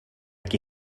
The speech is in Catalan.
qui